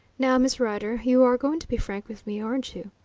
now, miss rider, you're going to be frank with me, aren't you?